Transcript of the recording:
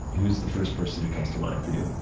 who's the first person who comes to mind for you?